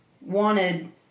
wanted